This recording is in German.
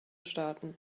staaten